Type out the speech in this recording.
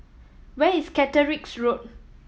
where is Caterick's Road